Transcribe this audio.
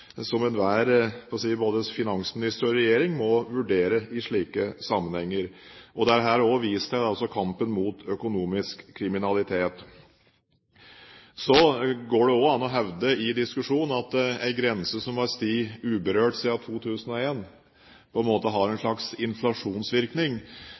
enhver – hadde jeg nær sagt – både finansminister og regjering må vurdere i slike sammenhenger. Det er her også vist til kampen mot økonomisk kriminalitet. Så går det også an i diskusjonen å hevde at en grense som har stått uberørt siden 2001, på en måte har en